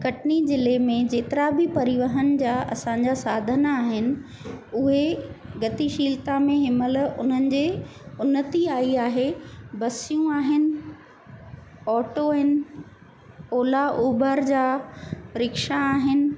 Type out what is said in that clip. कटनी ज़िले में जेतिरा बि परिवहन जा असांजा साधन आहिनि उहे गतिशीलता में हिनमहिल उन्हनि जे उन्नति आई आहे बसियूं आहिनि ऑटो आहिनि ओला उबर जा रिक्शा आहिनि